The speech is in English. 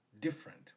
different